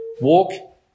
walk